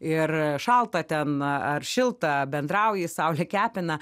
ir šalta ten ar šilta bendrauji saulė kepina